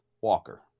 Walker